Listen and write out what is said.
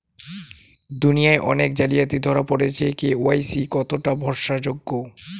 দুনিয়ায় অনেক জালিয়াতি ধরা পরেছে কে.ওয়াই.সি কতোটা ভরসা যোগ্য?